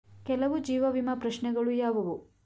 ಕೆಲವು ಜೀವ ವಿಮಾ ಪ್ರಶ್ನೆಗಳು ಯಾವುವು?